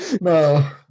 No